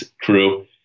crew